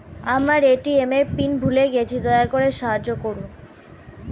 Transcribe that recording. আমার এ.টি.এম এর পিন ভুলে গেছি, দয়া করে সাহায্য করুন